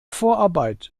vorarbeit